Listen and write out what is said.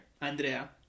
andrea